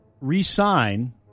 re-sign